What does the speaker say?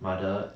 妈的